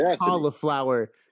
cauliflower